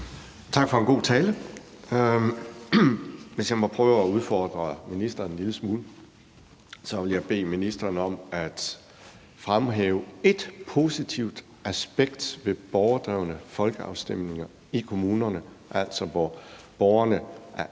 Tak for en god tale. Hvis jeg må prøve at udfordre ministeren en lille smule, vil jeg bede ministeren om at fremhæve ét positivt aspekt ved borgerdrevne folkeafstemninger i kommunerne, altså hvor borgerne af